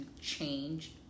change